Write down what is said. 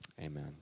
Amen